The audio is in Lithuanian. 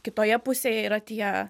kitoje pusėje yra tie